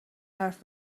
حرف